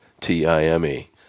T-I-M-E